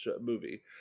movie